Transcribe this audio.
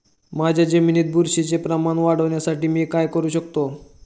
माझ्या जमिनीत बुरशीचे प्रमाण वाढवण्यासाठी मी काय करू शकतो?